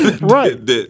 Right